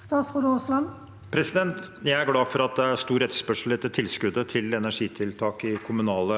Statsråd Terje Aasland Jeg er glad for at det er stor etterspørsel etter tilskuddet til energitiltak i kommunale